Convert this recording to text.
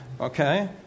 okay